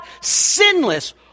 sinless